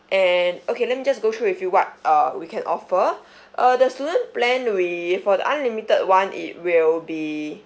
and okay let me just go through with you what uh we can offer uh the student plan we for the unlimited one it will be